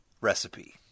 recipe